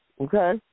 Okay